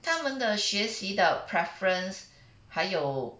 他们的学习的 preference 还有